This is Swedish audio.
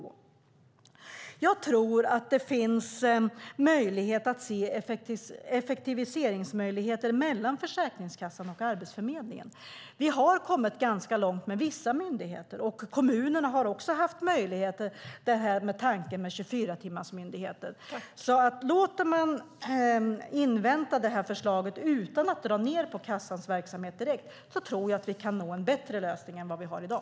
Jag tror att det finns möjlighet att se effektiviseringsmöjligheter mellan Försäkringskassan och Arbetsförmedlingen. Vi har kommit ganska långt med vissa myndigheter. Kommunerna har också haft möjligheter, bland annat med tanken om 24-timmarsmyndigheter. Låter man invänta detta förslag utan att dra ned på kassans verksamhet direkt tror jag att vi kan nå en bättre lösning än vi har i dag.